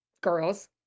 girls